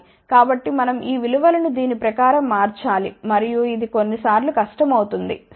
కాబట్టి మనం ఈ విలు వలను దాని ప్రకారం మార్చాలి మరియు ఇది కొన్నిసార్లు కష్టమవుతుంది సరే